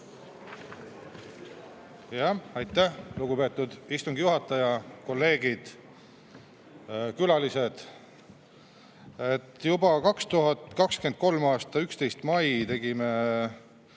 Palun! Aitäh, lugupeetud istungi juhataja! Kolleegid! Külalised! Juba 2023. aasta 11. mail tegime